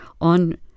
on